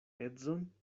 edzon